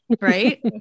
right